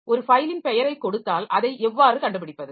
ஒரு ஃபைலின் பெயரைக் கொடுத்தால் அதை எவ்வாறு கண்டுபிடிப்பது